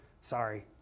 sorry